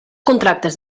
contractes